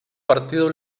partido